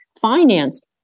finance